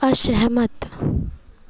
असहमत